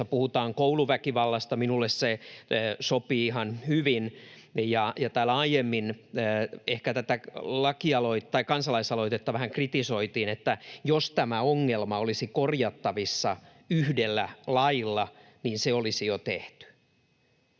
puhutaan kouluväkivallasta. Minulle se sopii ihan hyvin. Täällä aiemmin tätä kansalaisaloitetta ehkä vähän kritisoitiin, että jos tämä ongelma olisi korjattavissa yhdellä lailla, niin se olisi jo tehty.